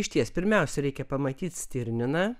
išties pirmiausia reikia pamatyt stirniną